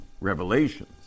revelations